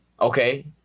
Okay